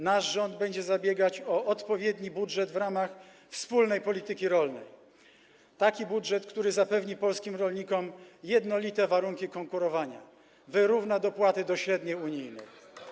Nasz rząd będzie zabiegać o odpowiedni budżet w ramach wspólnej polityki rolnej, taki budżet, który zapewni polskim rolnikom jednolite warunki konkurowania, wyrówna dopłaty do średniej unijnej.